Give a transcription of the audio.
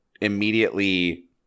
immediately